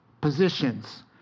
positions